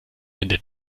ende